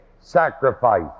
sacrifice